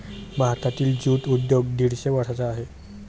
भारतातील ज्यूट उद्योग दीडशे वर्षांचा आहे